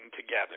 together